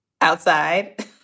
outside